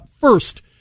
First